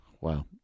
Wow